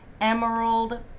Emerald